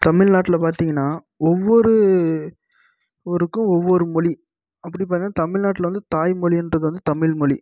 தமிழ்நாட்டில் பார்த்திங்கனா ஒவ்வொரு ஊருக்கு ஒவ்வொரு மொழி அப்படி பார்த்திங்கனா தமிழ்நாட்டில் வந்து தாய் மொழின்றது வந்து தமிழ்மொழி